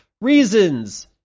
reasons